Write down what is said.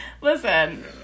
Listen